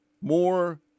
more